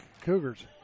Cougars